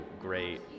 great